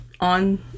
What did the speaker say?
on